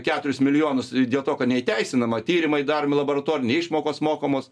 keturis milijonus dėl to kad neįteisinama tyrimai daromi laboratoriniai išmokos mokamos